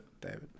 David